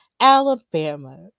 Alabama